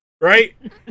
Right